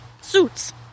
suits